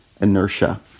inertia